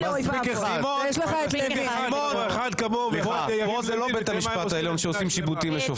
כאן זה לא בית המשפט העליון שעושים שיבוטים לשופטים.